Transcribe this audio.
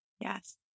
Yes